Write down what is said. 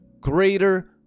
greater